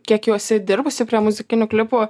kiek jau esi dirbusi prie muzikinių klipų